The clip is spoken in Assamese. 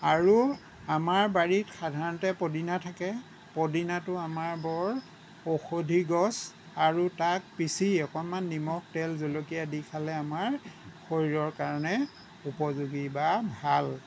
আৰু আমাৰ বাৰীত সাধাৰণতে পুদিনা থাকে পুদিনাটো আমাৰ বৰ ঔষধি গছ আৰু তাক পিঁচি অকণমান নিমখ তেল জলকীয়া দি খালে আমাৰ শৰীৰৰ কাৰণে উপযোগী বা ভাল